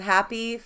Happy